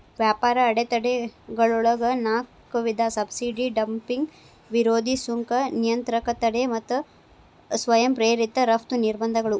ವ್ಯಾಪಾರ ಅಡೆತಡೆಗಳೊಳಗ ನಾಕ್ ವಿಧ ಸಬ್ಸಿಡಿ ಡಂಪಿಂಗ್ ವಿರೋಧಿ ಸುಂಕ ನಿಯಂತ್ರಕ ತಡೆ ಮತ್ತ ಸ್ವಯಂ ಪ್ರೇರಿತ ರಫ್ತು ನಿರ್ಬಂಧಗಳು